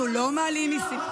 אתם מעלים מיסים.